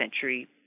Century